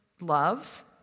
loves